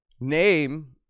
name